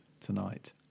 tonight